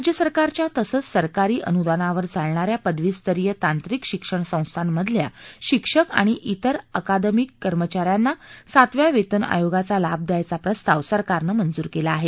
राज्य सरकारच्या तसंच सरकारी अनुदानावर चालणाऱ्या पदवीस्तरीय तांत्रिक शिक्षण संस्थामधल्या शिक्षक आणि इतर आकादमिक कर्मचाऱ्यांना सातव्या वेतन आयोगाचा लाभ दयायचा प्रस्ताव सरकारनं मंजूर केला आहे